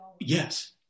Yes